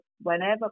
whenever